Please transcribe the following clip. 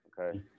okay